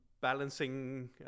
balancing